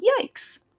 Yikes